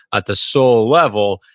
at the soul level,